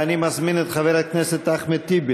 אני מזמין את חבר הכנסת אחמד טיבי,